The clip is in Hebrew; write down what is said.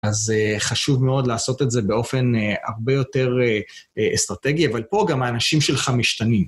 אז חשוב מאוד לעשות את זה באופן הרבה יותר אסטרטגי, אבל פה גם האנשים שלך משתנים.